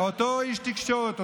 אותו איש תקשורת,